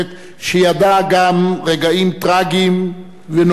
שידעה גם רגעים טרגיים ונוראיים,